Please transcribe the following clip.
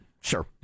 Sure